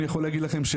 אני יכול להגיד לכם,